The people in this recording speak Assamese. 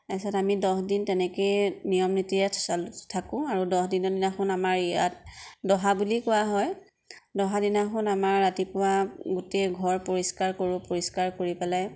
তাৰ পিছত আমি দহদিন তেনেকেই নিয়ম নীতিৰে চলি থাকোঁ আৰু দহদিনৰ দিনাখন আমাৰ ইয়াত দহা বুলি কোৱা হয় দহাদিনাখন আমাৰ ৰাতিপুৱা গোটেই ঘৰ পৰিষ্কাৰ কৰোঁ পৰিষ্কাৰ কৰি পেলাই